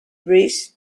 bridge